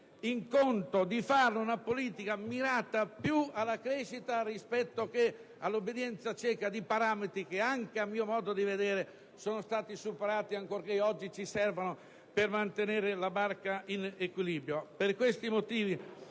in conto di fare una politica mirata più alla crescita che all'obbedienza cieca di parametri che, anche a mio modo di vedere, sono superati ancorché oggi siano utili a mantenere la barca in equilibrio.